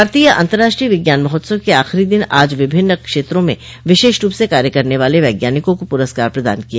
भारतीय अंतर्राष्ट्रीय विज्ञान महोत्सव के आखिरी दिन आज विभिन्न क्षेत्रों में विशेष रूप से कार्य करने वाले वैज्ञानिकों को पुरस्कार प्रदान किय